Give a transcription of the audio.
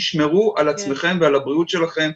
תשמרו על עצמכם ועל הבריאות שלכם,